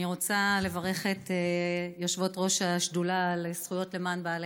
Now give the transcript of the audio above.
אני רוצה לברך את יושבות-ראש השדולה למען בעלי